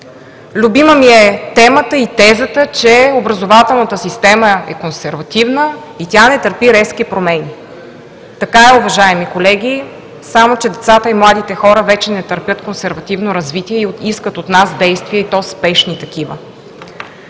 Любима ми е темата и тезата, че образователната система е консервативна, и тя не търпи резки промени. Така е, уважаеми колеги, само че децата и младите хора вече не търпят консервативно развитие и искат от нас действия, и то спешни такива.